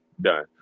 done